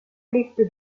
liste